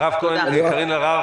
מירב כהן, קארין אלהרר.